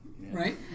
right